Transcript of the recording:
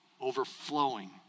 overflowing